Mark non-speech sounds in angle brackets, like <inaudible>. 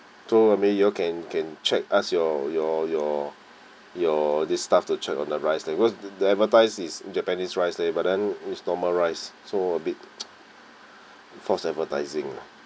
so I mean you all can can check us your your your your this staff to check on the rice there because the the advertise is japanese rice leh but then is normal rice so a bit <noise> false advertising leh